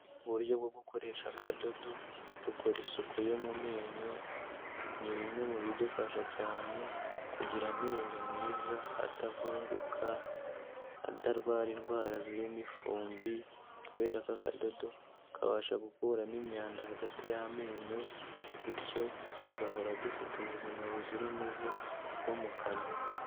Uburyo bwo gukoresha akadodo, dukora isuku yo mu menyo, ni bimwe mu bidufasha cyane kugira amenyo meza atavunguka, atarwara indwara z'imifumbi kubera ko akadodo kabasha gukuramo imyanda hagati y'amenyo, bityo tugahora dufite ubuzima buzira umuze bwo mu kanwa.